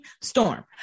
storm